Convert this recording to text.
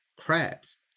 crabs